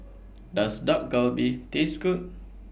Does Dak Galbi Taste Good